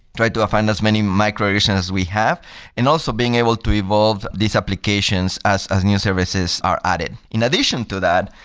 try to find as many micro additions as we have and also being able to evolve these applications as as new services are added. in addition to that,